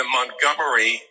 Montgomery